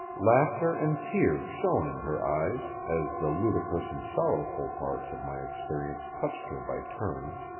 laughter and tears shone in her eyes as the ludicrous and sorrowful parts of my experience touched her by turns.